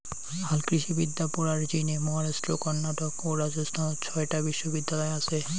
হালকৃষিবিদ্যা পড়ার জিনে মহারাষ্ট্র, কর্ণাটক ও রাজস্থানত ছয়টা বিশ্ববিদ্যালয় আচে